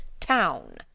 town